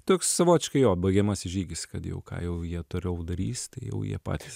toks savotiškai jo baigiamasis žygis kad jau ką jau jie toliau darys tai jau jie patys